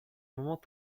moment